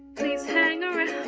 please hang around